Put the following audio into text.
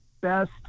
best